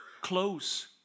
Close